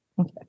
Okay